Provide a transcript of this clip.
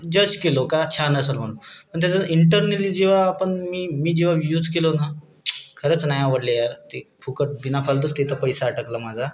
जज केलो का छान असंल म्हणून पण त्याच्या इंटर्नली जेव्हा आपण मी मी जेव्हा यूज केलो ना खरंच नाही आवडले यार ते फुकट बिनाफालतूच तिथं पैसा अडकला माझा